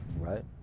right